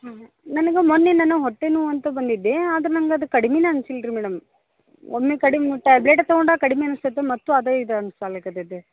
ಹಾಂ ನನ್ಗೆ ಮೊನ್ನೆ ನಾನು ಹೊಟ್ಟೆ ನೋವು ಅಂತ ಬಂದಿದ್ದೆ ಆದ್ರೆ ನಂಗೆ ಅದು ಕಡ್ಮೆನೇ ಅನ್ಸಿಲ್ಲ ರೀ ಮೇಡಮ್ ಒಮ್ಮೆ ಕಡಿಮೆ ಟ್ಯಾಬ್ಲೆಟ್ ತಗೊಂಡಾಗ ಕಡ್ಮೆ ಅನ್ಸತೇತಿ ಮತ್ತು ಅದೇ ಇದು ಅನ್ಸಾಲಕ್ಕತೈತಿ